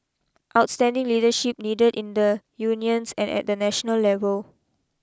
outstanding leadership needed in the unions and at the national level